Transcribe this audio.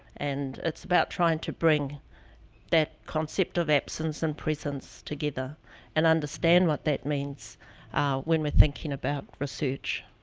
and it's about trying to bring that concept of absence and presence together and understand what that means when we're thinking about research.